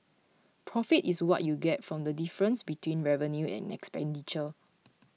profit is what you get from the difference between revenue and expenditure